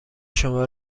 شما